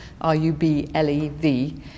R-U-B-L-E-V